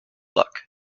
luck